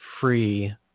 free